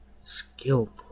skill